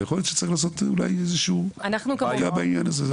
ויכול להיות שצריך לעשות אולי איזה שהוא מעקב בעניין הזה.